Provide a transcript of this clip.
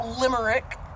limerick